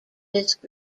fisk